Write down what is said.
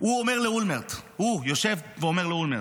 הוא אומר לאולמרט, הוא יושב ואומר לאולמרט.